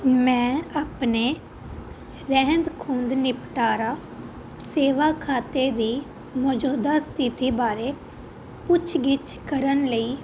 ਮੈਂ ਆਪਣੇ ਰਹਿੰਦ ਖੂੰਹਦ ਨਿਪਟਾਰਾ ਸੇਵਾ ਖਾਤੇ ਦੀ ਮੌਜੂਦਾ ਸਥਿਤੀ ਬਾਰੇ ਪੁੱਛਗਿੱਛ ਕਰਨ ਲਈ